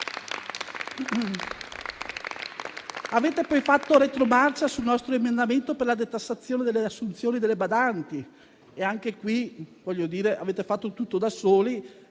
Avete poi fatto retromarcia sul nostro emendamento per la detassazione delle assunzioni delle badanti e, anche in questo caso, avete fatto tutto da soli.